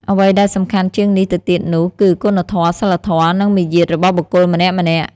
អ្វីដែលសំខាន់ជាងនេះទៅទៀតនោះ គឺគុណធម៌ សីលធម៌ និងមារយាទរបស់បុគ្គលម្នាក់ៗ។